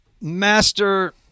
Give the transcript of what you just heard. master